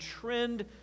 trend